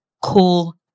cool